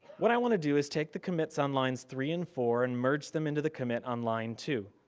what i want to do is take the commits on lines three and four and merge them into the commit on line two.